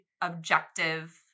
objective